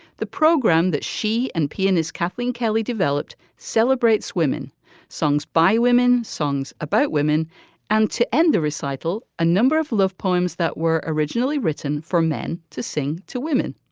the program that she and pianist kathleen kelly developed celebrates swimmin songs by women, songs about women and to end the recital. a number of love poems that were originally written for men to sing to women.